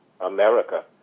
America